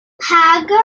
hagar